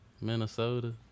Minnesota